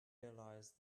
realized